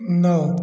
नौ